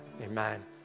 Amen